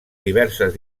diverses